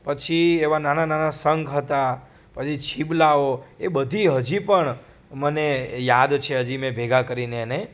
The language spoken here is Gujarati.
પછી એવા નાના નાના શંખ હતા પછી છીપલાઓ એ બધી હજી પણ મને યાદ છે હજી મેં ભેગા કરીને એને